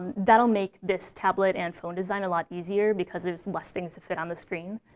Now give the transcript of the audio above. that'll make this tablet and phone design a lot easier, because there's less things to fit on the screen.